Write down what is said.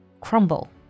Crumble